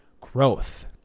Growth